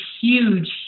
huge